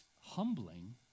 humbling